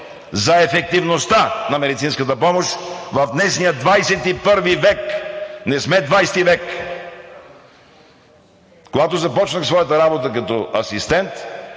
за ефективността на медицинската помощ в днешния XXI век – не сме в XX век! Когато започнах своята работа като асистент,